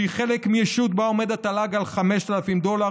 שהיא חלק מישות שבה עומד התל"ג על 5,000 דולר,